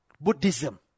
Buddhism